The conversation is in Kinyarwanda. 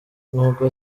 nkuko